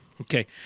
Okay